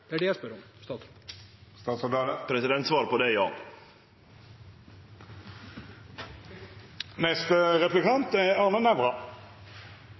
Det er det jeg spør om. Svaret på det er ja. Statsråden påstår at vi allerede nå kan si at jernbanereformen er